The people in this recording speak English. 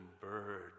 bird